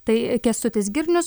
tai kęstutis girnius